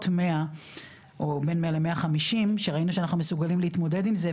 100 או בין 100 ל-150 שראינו שאנחנו מסוגלים להתמודד עם זה,